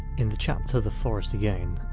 in the chapter the forest again,